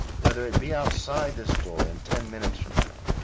whether it be outside this door in ten minutes from now,